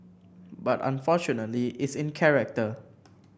but unfortunately it's in character